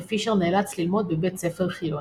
ופישר נאלץ ללמוד בבית ספר חילוני.